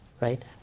right